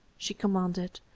she commanded,